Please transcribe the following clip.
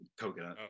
Coconut